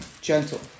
gentle